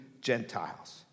Gentiles